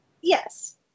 Yes